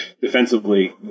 defensively